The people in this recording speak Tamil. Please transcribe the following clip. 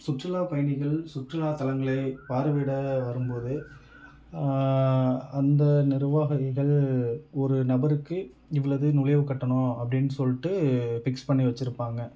சுற்றுலாப் பயணிகள் சுற்றுலாத்தலங்களை பார்வையிட வரும்போது அந்த நிர்வாகங்கள் ஒரு நபருக்கு இவ்வளது நுழைவுக்கட்டணம் அப்படின்னு சொல்லிட்டு ஃபிக்ஸ் பண்ணி வச்சிருப்பாங்கள்